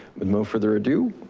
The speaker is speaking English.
with no further ado,